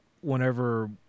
Whenever